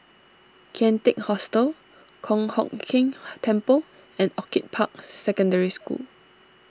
Kian Teck Hostel Kong Hock Keng Temple and Orchid Park Secondary School